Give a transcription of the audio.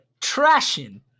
trashing